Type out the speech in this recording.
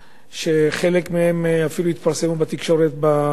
וחלק מהם אפילו התפרסמו בתקשורת בחודשים